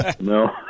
No